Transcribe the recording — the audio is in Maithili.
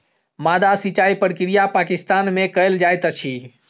माद्दा सिचाई प्रक्रिया पाकिस्तान में कयल जाइत अछि